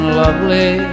lovely